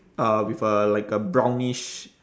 uh with a like a brownish